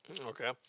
Okay